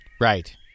Right